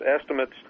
estimates